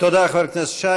תודה, חבר הכנסת שי.